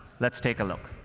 let's take a look.